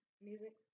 music